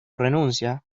renuncia